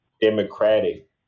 democratic